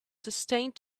sustained